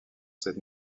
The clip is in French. cette